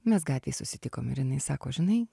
mes gatvėj susitikom ir jinai sako žinai